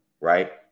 right